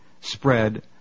spread